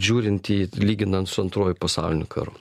žiūrint į lyginant su antruoju pasauliniu karu